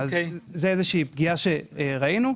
זאת איזושהי פגיעה שראינו.